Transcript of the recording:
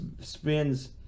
Spin's